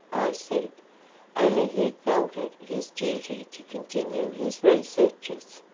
i said only he felt it his duty to continue his researches,